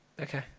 okay